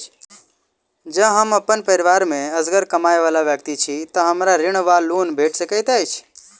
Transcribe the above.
जँ हम अप्पन परिवार मे असगर कमाई वला व्यक्ति छी तऽ हमरा ऋण वा लोन भेट सकैत अछि?